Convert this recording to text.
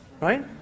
right